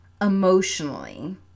emotionally